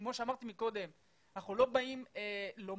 כמו שאמרתי מקודם, אנחנו לא באים לומר